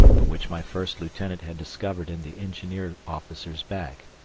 but which my first lieutenant had discovered in the engineer officer's bag.